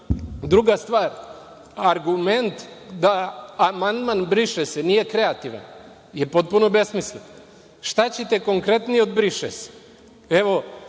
stvar, argument da amandman briše se nije kreativan, potpuno je besmislen. Šta ćete konkretnije od briše se?